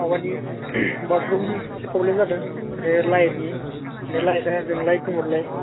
माबानि बाटरुमनि एसे प्रब्लेम जादों आरो लाइटनि लाइटा जोंलाय गोमोरलाय